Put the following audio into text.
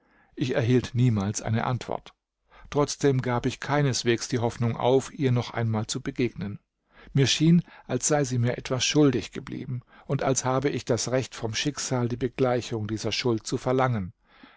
ich erhielt niemals eine antwort trotzdem gab ich keineswegs die hoffnung auf ihr noch einmal zu begegnen mir schien als sei sie mir etwas schuldig geblieben und als habe ich das recht vom schicksal die begleichung dieser schuld zu verlangen